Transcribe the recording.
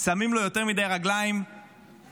שמים לו יותר מדי רגליים במל"ל,